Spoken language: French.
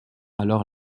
alors